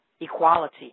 equality